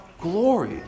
glory